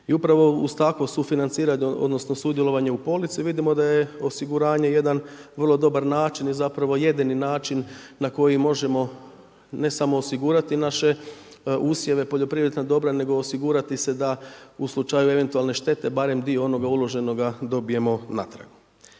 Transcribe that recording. I upravo kroz takvo sudjelovanje u polici vidimo da je osiguranje jedan vrlo dobar način i zapravo jedini način na koji možemo, ne samo osigurati naše usjeve poljoprivrednih dobra, nego osigurati se da u slučaju eventualne štete barem dio onoga uloženoga dobijemo natrag.